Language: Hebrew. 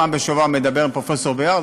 פעם בשבוע אני מדבר עם פרופסור ביאר,